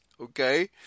Okay